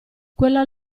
quella